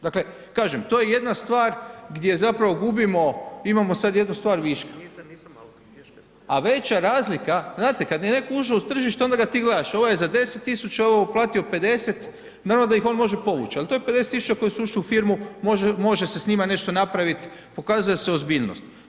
Dakle, kažem, to je jedna stvar gdje zapravo gubimo, imamo sad jednu stvar viška, a veća razlika, znate kad je netko ušao u tržište, onda ga ti gledaš, ovaj je za 10.000,00 kn ovo uplatio, 50.000,00 kn, naravno, da ih on može povuć, al to je 50.000,00 kn koje su ušle u firmu, može se s njima nešto napravit, pokazuje se ozbiljnost.